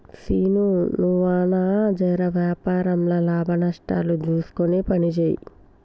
సీనూ, నువ్వన్నా జెర వ్యాపారంల లాభనష్టాలు జూస్కొని పనిజేయి